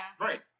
Right